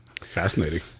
fascinating